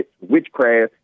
witchcraft